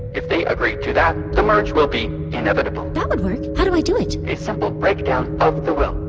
if they agree to that, the merge will be inevitable that would work. how do i do it? a simple breakdown of the will,